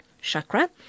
chakra